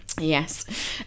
Yes